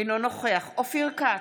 אינו נוכח אופיר כץ,